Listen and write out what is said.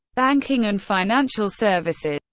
banking and financial services.